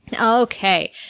Okay